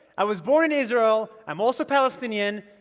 i was born in israel. i'm also palestinian,